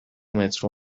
مترو